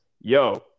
yo